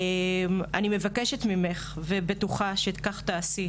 אני מבקשת ממך ובטוחה שכך תעשי,